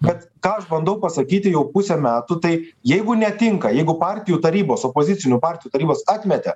kad ką aš bandau pasakyti jau pusę metų tai jeigu netinka jeigu partijų tarybos opozicinių partijų tarybos atmetė